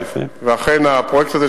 ואכן הפרויקט הזה,